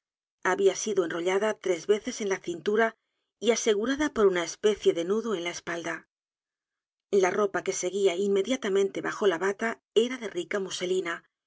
había sido enrollada t r e s veces en la cintura y asegurada por una especie de nudo en la espalda la ropa que seguía inmediatamente bajo la bata era de rica muselina